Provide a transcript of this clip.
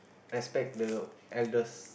respect the elders